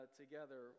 together